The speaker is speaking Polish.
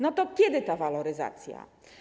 No to kiedy ta waloryzacja?